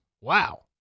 Wow